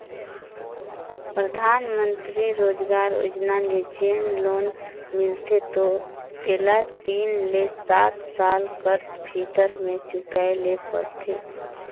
परधानमंतरी रोजगार योजना ले जेन लोन मिलथे तेला तीन ले सात साल कर भीतर में चुकाए ले परथे